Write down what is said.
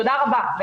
תודה רבה.